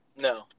No